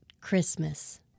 Christmas